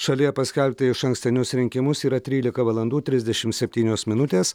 šalyje paskelbti išankstinius rinkimus yra trylika valandų trisdešimt septynios minutės